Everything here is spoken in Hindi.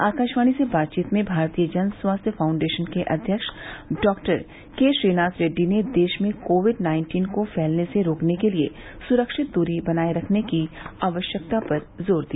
आकाशवाणी से बातचीत में भारतीय जन स्वास्थ्य फाउंडेशन के अध्यक्ष डॉ के श्रीनाथ रेड्डी ने देश में कोविड नाइन्टीन को फैलने से रोकने के लिए सुरक्षित दूरी बनाये रखने की आवश्यकता पर जोर दिया